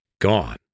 gone